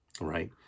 right